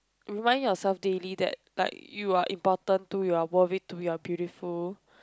remind yourself daily that like you are important too you are worth it too you are beautiful